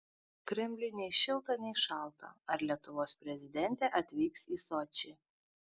kremliui nei šilta nei šalta ar lietuvos prezidentė atvyks į sočį